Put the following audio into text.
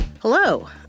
Hello